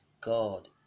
God